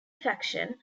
faction